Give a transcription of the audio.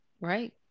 Right